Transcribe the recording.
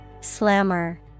Slammer